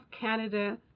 Canada